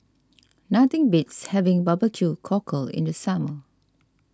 nothing beats having Barbeque Cockle in the summer